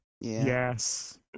Yes